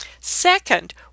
Second